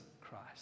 Christ